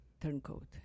turncoat